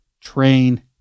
train